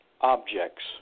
Objects